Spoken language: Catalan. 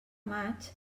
maig